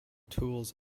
tools